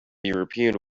european